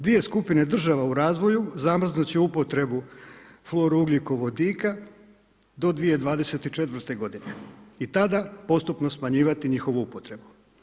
Dvije skupine država u razvoju zamrznut će upotrebu florougljikovodika do 2024. godine i tada postupno smanjivati njihovu upotrebu.